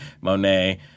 Monet